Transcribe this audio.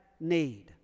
need